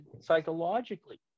psychologically